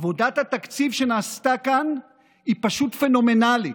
עבודת התקציב שנעשתה כאן היא פשוט פנומנלית.